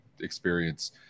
experience